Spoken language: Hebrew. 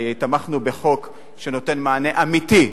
תמכנו בחוק שנותן מענה אמיתי,